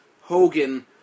Hogan